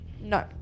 No